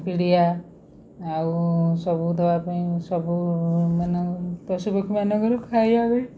ପିଡ଼ିଆ ଆଉ ସବୁ ଦେବାପାଇଁ ସବୁମାନ ପଶୁପକ୍ଷୀ ମାନଙ୍କର ଖାଇବା ପାଇଁ